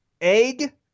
Egg